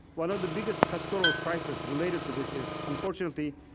one of the biggest pastoral crises related to this is, unfortunately,